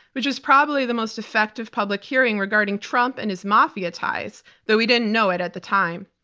which is probably the most effective public hearing regarding trump and his mafia ties, though we didn't know it at the time.